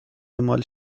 اعمال